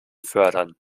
fördern